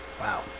Wow